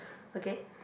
okay